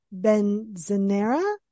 Benzenera